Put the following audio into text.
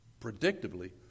predictably